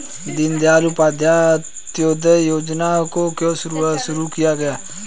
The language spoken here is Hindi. दीनदयाल उपाध्याय अंत्योदय योजना को क्यों शुरू किया गया?